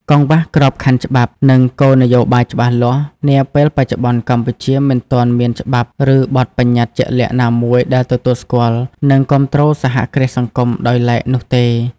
កង្វះក្របខ័ណ្ឌច្បាប់ និងគោលនយោបាយច្បាស់លាស់ នាពេលបច្ចុប្បន្នកម្ពុជានៅមិនទាន់មានច្បាប់ ឬបទប្បញ្ញត្តិជាក់លាក់ណាមួយដែលទទួលស្គាល់ និងគាំទ្រសហគ្រាសសង្គមដោយឡែកនោះទេ ។